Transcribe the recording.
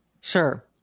Sure